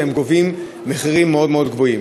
והם גובים מחירים מאוד מאוד גבוהים.